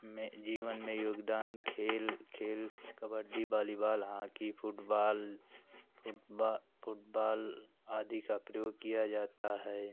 में जीवन में योगदान खेल खेल kabaddi volleyball hockey football football आदि का प्रयोग किया जाता है